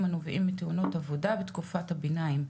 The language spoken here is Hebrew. הנובעים מתאונות עבודה בתקופת הביניים.